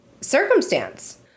circumstance